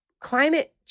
Climate